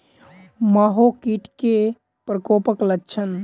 माहो कीट केँ प्रकोपक लक्षण?